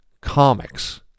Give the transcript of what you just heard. Comics